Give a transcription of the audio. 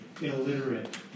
illiterate